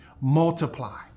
multiply